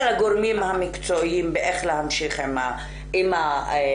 לגורמים המקצועיים איך להמשיך עם הביצוע,